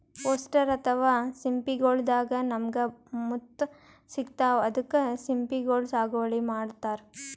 oyster ಅಥವಾ ಸಿಂಪಿಗೊಳ್ ದಾಗಾ ನಮ್ಗ್ ಮುತ್ತ್ ಸಿಗ್ತಾವ್ ಅದಕ್ಕ್ ಸಿಂಪಿಗೊಳ್ ಸಾಗುವಳಿ ಮಾಡತರ್